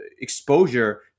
exposure